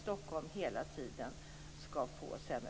Det vore oerhört farligt för landet, inte bara för